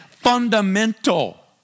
fundamental